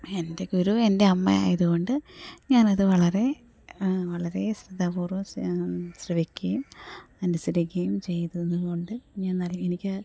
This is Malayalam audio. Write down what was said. എൻ്റെ ഗുരു എൻ്റെ അമ്മയായതു കൊണ്ട് ഞാനത് വളരേ വളരേ ശ്രദ്ധാപൂർവ്വം ശ്രവിക്കുകയും അനുസരിക്കുകയും ചെയ്തതു കൊണ്ട് ഞാൻ നൽ എനിക്ക്